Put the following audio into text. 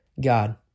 God